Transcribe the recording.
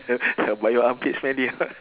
but your armpit smelly or not